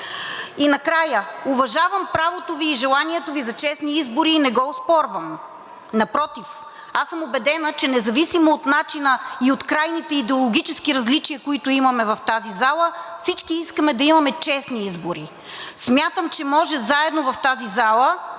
Накрая, уважавам правото Ви и желанието Ви за честни избори и не го оспорвам. Напротив, убедена съм, че независимо от начина и от крайните идеологически различия, които имаме в тази зала, всички искаме да имаме честни избори. Смятам, че може заедно да се